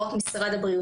זה לא רק משרד הבריאות.